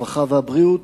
הרווחה והבריאות